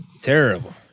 terrible